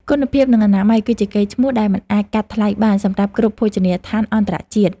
គុណភាពនិងអនាម័យ គឺជាកេរ្តិ៍ឈ្មោះដែលមិនអាចកាត់ថ្លៃបានសម្រាប់គ្រប់ភោជនីយដ្ឋានអន្តរជាតិ។